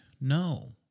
no